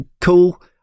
cool